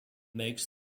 makes